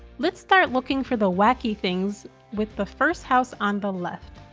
let's start looking for the wacky things with the first house on the left.